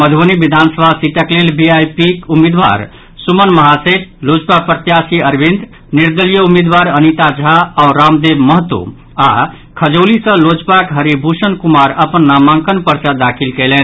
मधुबनी विधानसभा सीटक लेल वीआईपीक उम्मीदवार सुमन महासेठ लोजपा प्रत्याशी अरविंद निर्दलीय उम्मीदवार अनिता झा राम देव महतो आओर खजौली सॅ लोजपाक हरिभूषण कुमार अपन नामांकन पर्चा दाखिल कयलनि